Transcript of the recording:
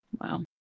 Wow